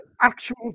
actual